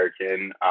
American